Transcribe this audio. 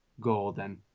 golden